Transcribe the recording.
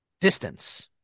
distance